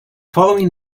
following